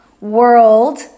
world